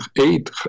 eight